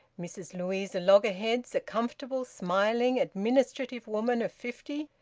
mrs louisa loggerheads, a comfortable, smiling administrative woman of fifty,